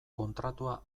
kontratua